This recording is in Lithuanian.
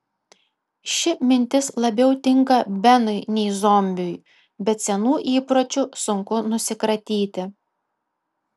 ši mintis labiau tinka benui nei zombiui bet senų įpročių sunku nusikratyti